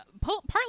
Partly